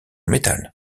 métal